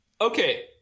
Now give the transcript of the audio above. okay